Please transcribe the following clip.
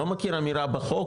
לא מכיר אמירה בחוק,